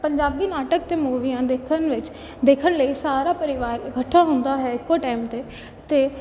ਪੰਜਾਬੀ ਨਾਟਕ ਅਤੇ ਮੂਵੀਆਂ ਦੇਖਣ ਵਿੱਚ ਦੇਖਣ ਲਈ ਸਾਰਾ ਪਰਿਵਾਰ ਇਕੱਠਾ ਹੁੰਦਾ ਹੈ ਇੱਕੋ ਟਾਈਮ 'ਤੇ ਅਤੇ